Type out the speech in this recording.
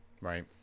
Right